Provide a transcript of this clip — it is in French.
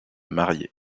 mariée